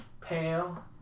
pale